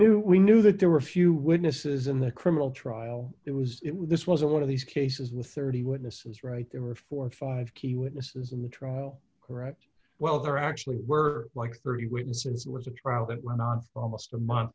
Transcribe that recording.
knew we knew that there were a few witnesses in the criminal trial there was this wasn't one of these cases with thirty witnesses right there were four or five key witnesses in the trial correct well there actually were like thirty witnesses and it was a trial that went on for almost a month